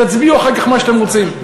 תצביעו אחר כך מה שאתם רוצים.